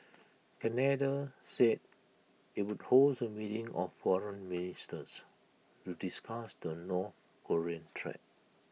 Canada said IT would host A meeting of foreign ministers to discuss the north Korean threat